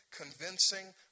convincing